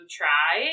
try